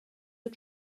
are